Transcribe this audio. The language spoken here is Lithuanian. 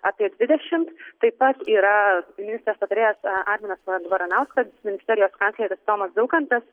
apie dvidešimt taip pat yra ministrės patarėjas arminas varanauskas ministerijos kancleris tomas daukantas